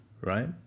right